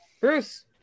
Bruce